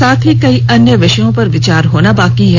साथ ही कई अन्य विषयों पर विचार होना शेष है